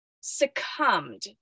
succumbed